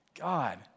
God